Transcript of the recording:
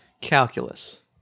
Calculus